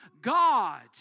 God